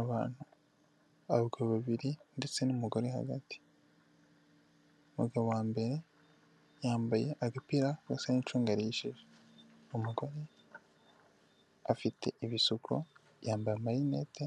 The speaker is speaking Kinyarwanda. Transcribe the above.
Abantu abagabo babiri ndetse n'umugore hagati, umugabo wa mbere yambaye agapira gasa n'icungerishije, umugore afite ibisuko yambaye amarinete